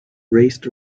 raced